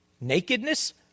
Nakedness